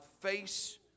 face